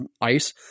ice